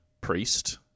Priest